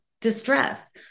distress